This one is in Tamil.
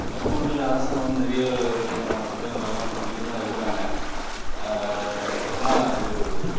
தருமபுரியில் அரசாங்கம் வந்து நிறைய விதமான திட்டங்கள் எல்லாம் பண்ணிகிட்டு தான் இருக்கிறாங்க ஆனால் அது